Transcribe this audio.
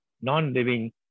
non-living